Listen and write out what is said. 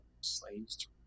slaves